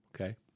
okay